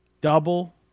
double